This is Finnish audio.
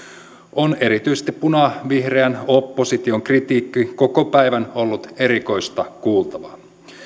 on erityisesti punavihreän opposition kritiikki koko päivän ollut erikoista kuultavaa